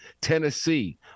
Tennessee